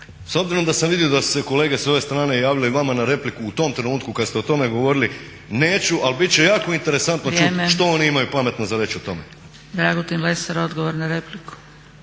s obzirom da su se kolege s ove strane javile vama na repliku u tom trenutku kada ste o tome govorili, neću ali bit će jako interesantno čuti što oni imaju pametno za reći o tome.